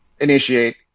initiate